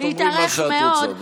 את תאמרי מה שאת רוצה.